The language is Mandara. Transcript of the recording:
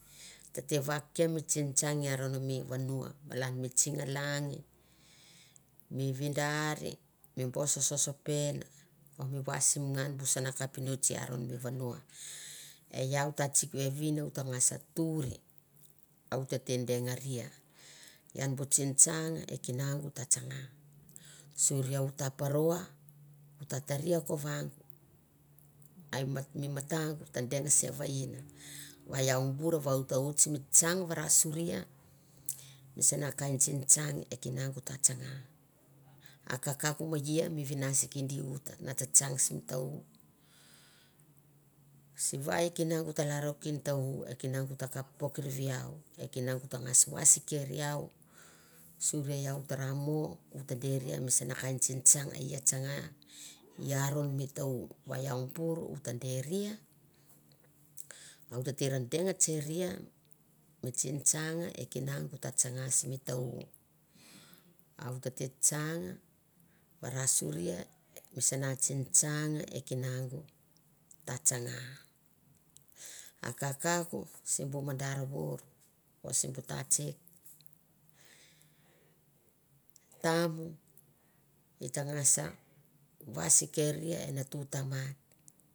Tete vak ke mi tsingtsang i aron mi vanua, malan mi tsing langi, mi vidari, mi boso sosopen o mi wasim ngan bu sana kapinots i aron mi vanua, e iau tatsik vevin o ta ngas tuir a uta te dengaria ian bu tsingtsang e kinaung ta tsanga, suri u ta paro, uta tare i kovang, a mi matang ta deng sevaind, va iau bur va oit mi tsang varasoria misana kain tsintsang e kinaugu ta tsanga. A kakauk me iau mi vinais kinda uta na tsatsang sim ta- u. Si vai e kinaugu ta lalro kin ta- u, e kinaugu ta kap pok rivi iau, e kinaugu ta ngas vais ken iau, suri iau tara mo uta deri misana kain tsintsang e i a tsanga i aron mi ta- u, va iau bur u ta deria, a u tete ra deng tseria mi tsinstang e kinaung ta tsanga simi ta- u. A u tete tsang varasoria mi sana tsingtsang e kinaung ta tsanga. A kakauk sim bu madar vour o si bu tatsik. Tam i ta ngas vais keria e natu tamat.